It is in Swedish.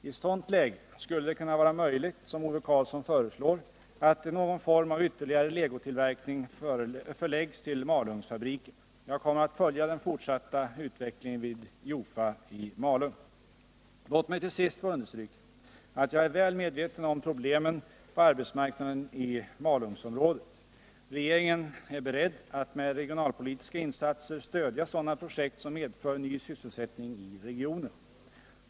I ett sådant läge skulle det kunna vara möjligt, som Ove Karlsson föreslår, att någon form av ytterligare legotillverkning förläggs till Malungsfabriken. Jag kommer att följa den fortsatta utvecklingen vid Jofa i Malung. Låt mig till sist få understryka, att jag är väl medveten om problemen på att främja syssel arbetsmarknaden i Malungsområdet. Regeringen är beredd att med regionalpolitiska insatser stödja sådana projekt som medför ny sysselsättning i regionen.